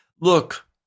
look